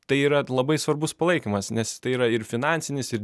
tai yra labai svarbus palaikymas nes tai yra ir finansinis ir